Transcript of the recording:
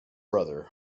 brother